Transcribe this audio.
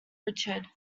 richard